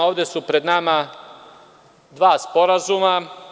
Ovde su pred nama dva sporazuma.